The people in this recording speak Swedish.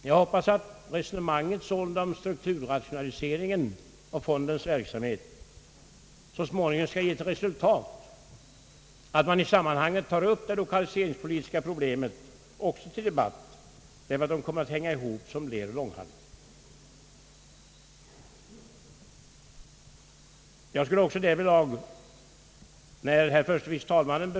Jag hoppas att resonemanget om strukturrationaliseringen så småningom skall ge till resultat att man i sammanhanget tar upp även det lokaliseringspolitiska resonemanget till debatt, ty de kommer att hänga ihop såsom ler och långhalm.